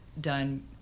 done